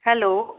hello